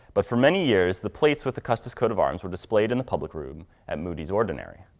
but for many years, the plates with the custis coat of arms were displayed in the public room at moody's ordinary.